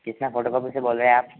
Krishna photocopy से बोल रहे आप